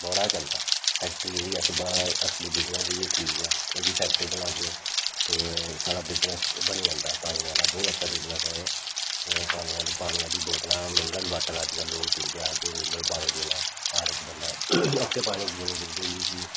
बड़ा चलदा फैक्टरी एह्दी अस बना असली बिजनस इयै ऐ ठीक ऐ एह्दी फैक्टरी बनाह्गे ते साढ़ा बिजनस बनी जन्दा पानी आह्ला बोह्त अच्छा बिजनस ऐ पानी आह्ला पानी आह्ली बोतलां मिनरल वाटर अज्जकल लोग पींदे आखदे मिनरल पानी पीना हर इक बंदा ओहके पानी कि नि पींदे की